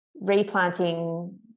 replanting